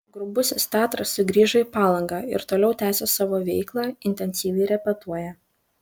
grubusis teatras sugrįžo į palangą ir toliau tęsią savo veiklą intensyviai repetuoja